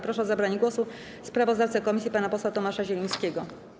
Proszę o zabranie głosu sprawozdawcę komisji pana posła Tomasza Zielińskiego.